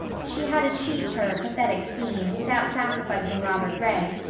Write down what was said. she had achieved her pathetic scene without sacrificing robert ray,